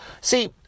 see